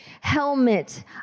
helmet